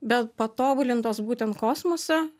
bet patobulintos būtent kosmose